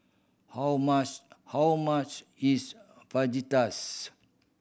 how much how much is Fajitas